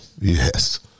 Yes